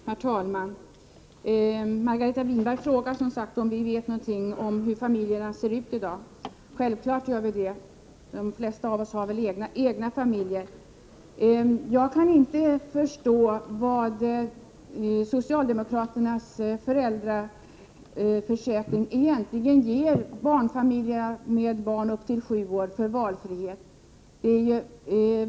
Herr talman! Margareta Winberg frågar som sagt om vi vet någonting om hur familjerna ser ut i dag. Självklart gör vi det. De flesta av oss har egna familjer. Jag kan inte förstå vad socialdemokraternas föräldraförsäkring egentligen ger familjer med barn upp till 7 år för valfrihet.